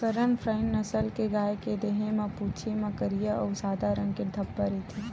करन फ्राइ नसल के गाय के देहे म, पूछी म करिया अउ सादा रंग के धब्बा रहिथे